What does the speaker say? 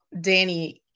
Danny